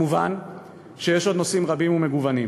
מובן שיש עוד נושאים רבים ומגוונים.